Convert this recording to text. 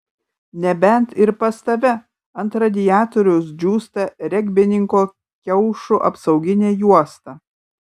nebent ir pas tave ant radiatoriaus džiūsta regbininko kiaušų apsauginė juosta